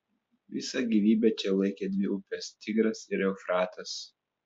visą gyvybę čia laikė dvi upės tigras ir eufratas